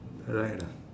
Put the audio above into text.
right ah